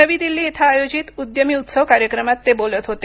नवी दिल्ली इथं आयोजित उद्यमी उत्सव कार्यक्रमात ते बोलत होते